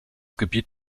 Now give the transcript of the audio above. gebiet